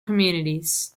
communities